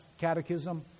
Catechism